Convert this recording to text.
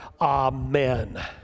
Amen